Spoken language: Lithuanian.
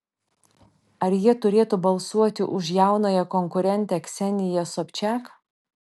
ar jie turėtų balsuoti už jaunąją konkurentę kseniją sobčiak